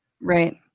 Right